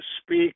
speak